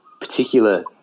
particular